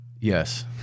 Yes